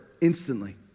instantly